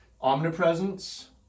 Omnipresence